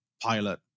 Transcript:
pilot